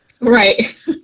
right